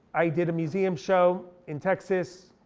i did a museum show in texas.